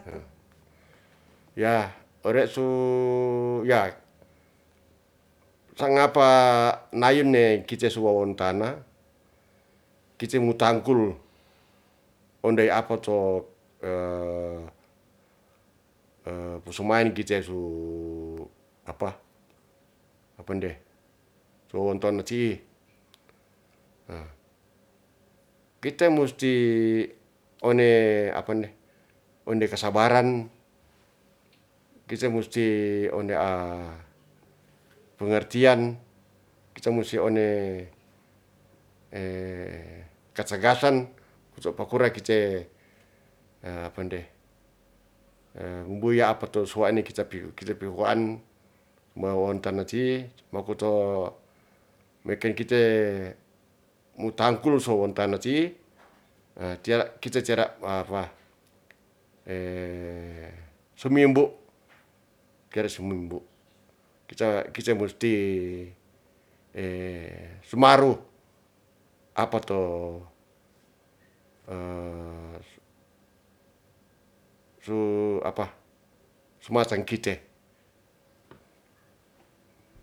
Ya' ore su ya' sangapa nayun kite su wawontana, kite mo tangkul ondey apa to posumaen kite su apa, apa nde su wawontana ti. Kite musti one apa nde, onde kasabaran, kite musti onde pengertian, kita musti one katagasan, kuto pakura kite apa nde, mbuya apa to suwa'ne kita pi, kita pihoan ma wawontana ti makoto meken kite mutangkul so wawontana ti kite tera sumimbu, tera sumimbu kite musti sumaru apa to su apa, sumaseng kite